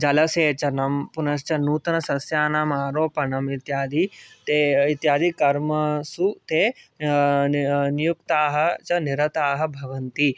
जलसेचनं पुनश्च नूतनसस्यानाम् आरोपणम् इत्यादि ते इत्यादि कर्मसु ते नियुक्ताः च निरताः भवन्ति